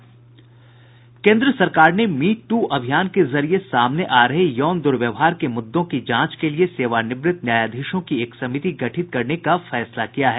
केंद्र सरकार ने मीटू अभियान के जरिये सामने आ रहे यौन दुर्व्यवहार के मुद्दों की जांच के लिये सेवानिवृत्त न्यायाधीशों की एक समिति गठित करने का फैसला किया है